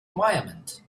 environment